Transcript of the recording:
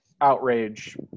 outrage